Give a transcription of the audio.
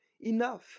enough